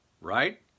right